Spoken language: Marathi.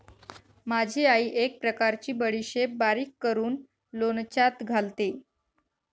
माझी आई एक प्रकारची बडीशेप बारीक करून लोणच्यात घालते